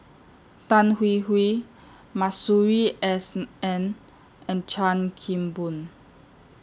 Tan Hwee Hwee Masuri S N and Chan Kim Boon